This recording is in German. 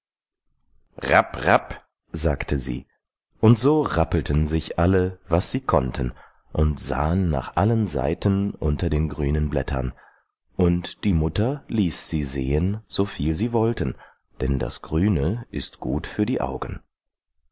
rapp rapp sagte sie und so rappelten sich alle was sie konnten und sahen nach allen seiten unter den grünen blättern und die mutter ließ sie sehen so viel sie wollten denn das grüne ist gut für die augen